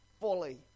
fully